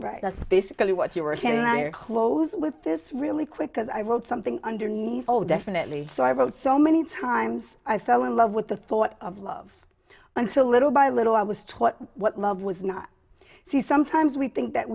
right that's basically what you're here and i are close with this really quick as i wrote something underneath oh definitely so i wrote so many times i fell in love with the thought of love and so little by little i was taught what love was not she sometimes we think that